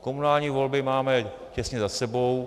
Komunální volby máme těsně za sebou.